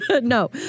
No